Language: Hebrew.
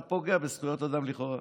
אתה פוגע בזכויות אדם, לכאורה.